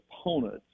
opponents